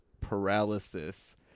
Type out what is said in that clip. paralysis